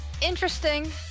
interesting